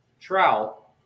trout